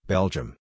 Belgium